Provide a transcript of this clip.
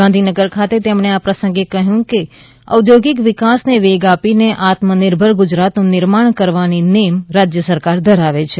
ગાંધીનગર ખાતે તેમણે આ પ્રસંગે કહ્યું છે કે ઔદ્યોગિક વિકાસને વેગ આપીને આત્મનિર્ભર ગુજરાતનું નિર્માણ કરવાની નેમ રાજ્ય સરકાર ધરાવે છે